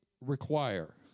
require